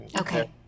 Okay